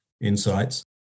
insights